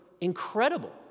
Incredible